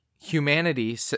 humanity